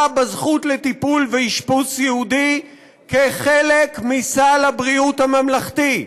בזכות לטיפול ואשפוז סיעודי כחלק מסל הבריאות הממלכתי,